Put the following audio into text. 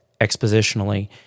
expositionally